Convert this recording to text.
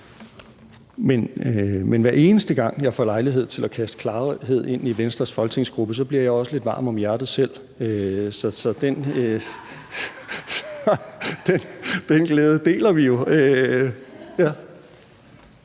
Hver eneste gang jeg får lejlighed til at kaste klarhed ind i Venstres folketingsgruppe, bliver jeg også lidt varm om hjertet. Så den glæde deler vi jo.